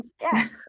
yes